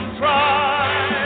try